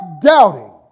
doubting